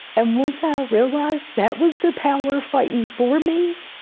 and once i realized that was the power fighting for me,